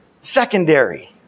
secondary